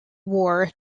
war